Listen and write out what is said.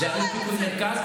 זה אלוף פיקוד מרכז,